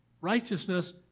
righteousness